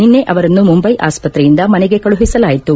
ನಿನ್ನೆ ಅವರನ್ನು ಮುಂಬೈ ಆಸ್ಪತ್ರೆಯಿಂದ ಮನೆಗೆ ಕಳುಹಿಸಲಾಯಿತು